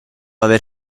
aver